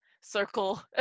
circle